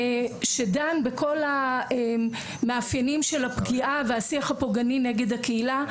שדן בכל המאפיינים של הפגיעה והשיח הפוגעני נגד הקהילה.